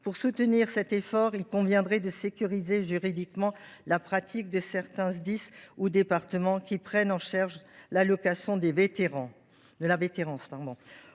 Pour soutenir cet effort, il conviendrait de sécuriser juridiquement la pratique de certains Sdis ou départements qui prennent en charge l’allocation de vétérance.